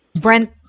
Brent